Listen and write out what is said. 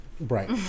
Right